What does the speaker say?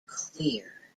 clear